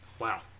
Wow